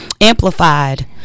amplified